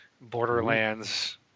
Borderlands